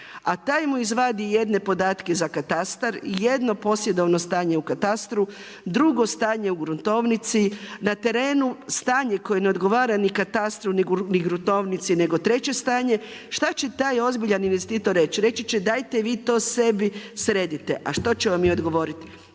a taj mu izvadi jedne podatke za katastar, jedno posjedovno stanje u katastru, drugo stanje u gruntovnici, na terenu stanje koje ne odgovara ni katastru ni gruntovnici nego treće stanje, šta će taj ozbiljan investitor reći? Reći će dajte vi to sebi sredite. A što ćemo mi odgovoriti?